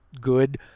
good